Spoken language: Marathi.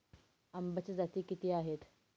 आंब्याच्या जाती किती आहेत?